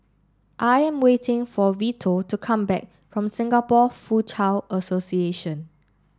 I am waiting for Vito to come back from Singapore Foochow Association